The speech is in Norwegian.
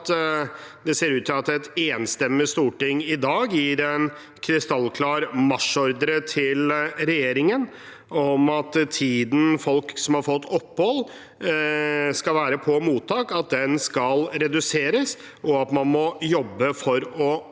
det ser ut til at et enstemmig storting i dag gir en krystallklar marsjordre til regjeringen om at tiden folk som har fått opphold, skal være på mottak, skal reduseres, og at man må jobbe for å nå det.